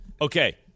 Okay